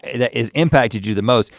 that is impacted you the most.